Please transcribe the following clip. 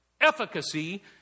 Efficacy